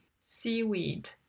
seaweed